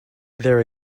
there